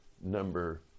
number